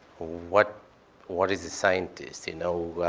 what what is a scientist? you know?